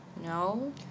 no